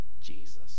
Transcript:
Jesus